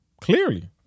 clearly